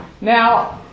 Now